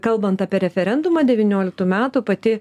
kalbant apie referendumą devynioliktų metų pati